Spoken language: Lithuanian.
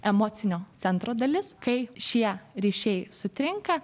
emocinio centro dalis kai šie ryšiai sutrinka